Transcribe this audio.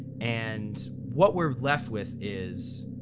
and what we're left with is.